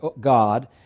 God